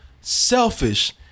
selfish